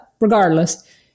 regardless